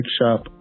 shop